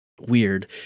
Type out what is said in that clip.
Weird